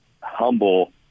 humble